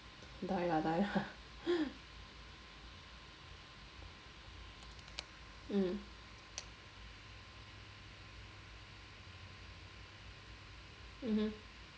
die lah die lah mm mmhmm